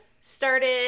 started